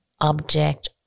object